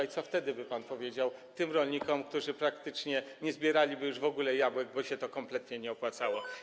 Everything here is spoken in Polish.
I co wtedy by pan powiedział tym rolnikom, którzy praktycznie nie zbieraliby już w ogóle jabłek, bo to by się kompletnie nie opłacało?